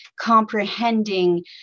comprehending